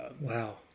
Wow